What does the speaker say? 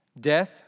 Death